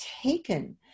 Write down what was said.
taken